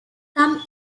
some